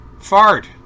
Fart